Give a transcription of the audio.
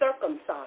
circumcised